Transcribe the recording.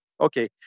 okay